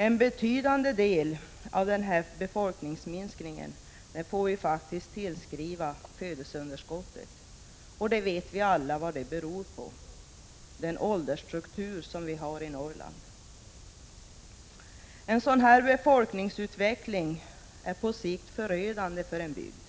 En betydande del av befolkningsminskningen får tillskrivas födelseunderskottet, och vi vet alla vad det beror på: den åldersstruktur som vi har i Norrland. En sådan befolkningsutveckling är på sikt förödande för en bygd.